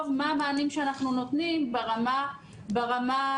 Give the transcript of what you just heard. מה המענים שאנחנו נותנים ברמה הפדגוגית.